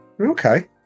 Okay